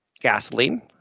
Gasoline